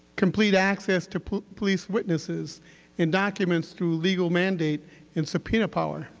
complete access to police witnesses and documents through legal mandate and subpoena power.